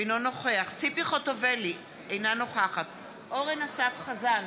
אינו נוכח ציפי חוטובלי, אינה נוכחת אורן אסף חזן,